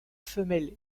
femelle